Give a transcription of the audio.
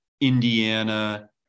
Indiana